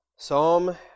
Psalm